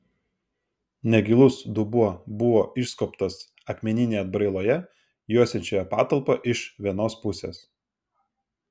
negilus dubuo buvo išskobtas akmeninėje atbrailoje juosiančioje patalpą iš vienos pusės